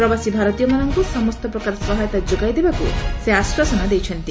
ପ୍ରବାସୀ ଭାରତୀୟମାନଙ୍କୁ ସମସ୍ତ ପ୍ରକାର ସହାୟତା ଯୋଗାଇ ଦେବେକ୍ ଆଶ୍ୱାସନା ଦେଇଛନ୍ତି